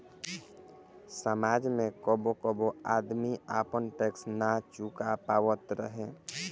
समाज में कबो कबो आदमी आपन टैक्स ना चूका पावत रहे